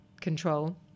control